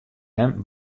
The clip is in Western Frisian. mem